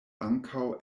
ankaŭ